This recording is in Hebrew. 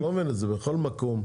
זה בכל מקום,